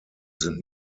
sind